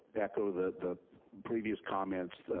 echo the previous comments,